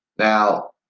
Now